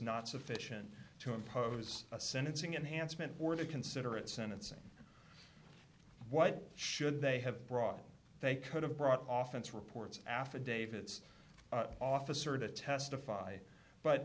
not sufficient to impose a sentencing enhancement or the considerate sentencing what should they have brought they could have brought office reports affidavits officer to testify but